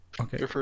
Okay